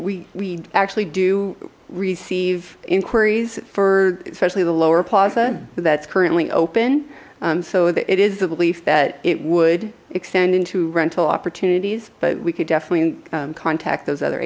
we actually do receive inquiries for especially the lower plaza that's currently open so that it is the belief that it would extend into rental opportunities but we could definitely contact those other